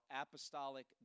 apostolic